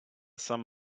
some